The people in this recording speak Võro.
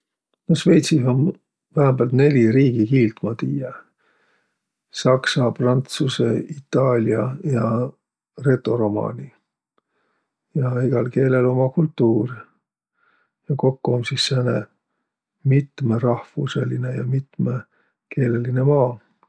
No sveidsih um vähämbält neli riigikiilt, ma tiiä: s'aksa, prantsusõ, itaalia ja retoromaani. Ja egäl keelel um uma kultuur. Ja kokko um sis sääne mitmõrahvusõlinõ ja mitmõkeeleline maa.